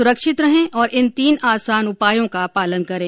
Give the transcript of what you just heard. सुरक्षित रहें और इन तीन आसान उपायों का पालन करें